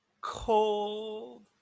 Cold